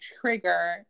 trigger